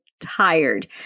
tired